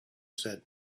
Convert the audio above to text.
said